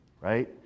right